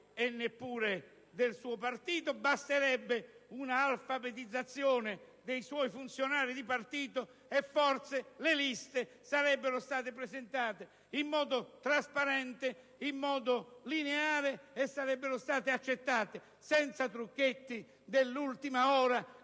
e neppure del suo partito: sarebbe bastata una alfabetizzazione dei suoi funzionari di partito e forse le liste sarebbero state presentate in modo trasparente, in modo lineare e sarebbero state accettate senza trucchetti dell'ultima ora,